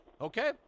Okay